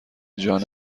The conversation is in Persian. جانب